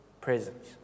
presence